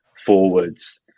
forwards